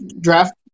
draft